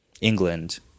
England